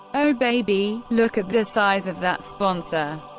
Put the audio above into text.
oh, baby! look at this size of that sponsor.